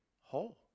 whole